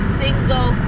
single